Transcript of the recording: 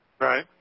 Right